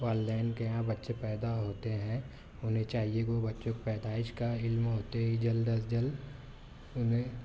والدین کے یہاں بچے پیدا ہوتے ہیں انہیں چاہیے کہ وہ بچوں کی پیدائش کا علم ہوتے ہی جلد از جلد انہیں